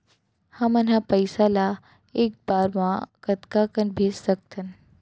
हमन ह पइसा ला एक बार मा कतका कन भेज सकथन?